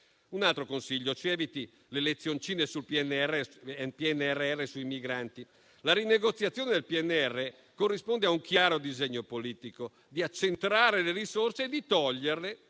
Un altro consiglio: ci eviti le lezioncine sul PNRR e sui migranti. La rinegoziazione del PNRR corrisponde a un chiaro disegno politico di accentrare le risorse e di toglierle